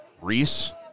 Reese